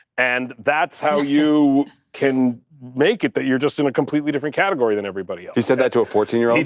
and that's how you can make it, that you're just in a completely different category than everybody else. he said that to a fourteen year old?